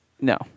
No